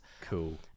Cool